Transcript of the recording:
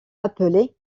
appelé